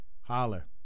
Holler